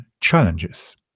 challenges